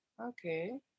Okay